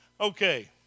Okay